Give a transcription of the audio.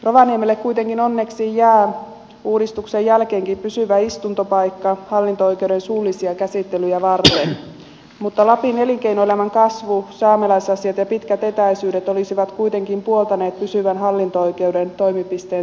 rovaniemelle kuitenkin onneksi jää uudistuksen jälkeenkin pysyvä istuntopaikka hallinto oikeuden suullisia käsittelyjä varten mutta lapin elinkeinoelämän kasvu saamelaisasiat ja pitkät etäisyydet olisivat kuitenkin puoltaneet pysyvän hallinto oikeuden toimipisteen säilymistä rovaniemellä